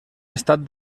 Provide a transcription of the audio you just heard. estat